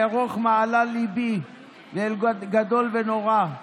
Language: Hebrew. "אערוך מהלל ניבי לאל גדול ונורא /